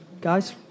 guys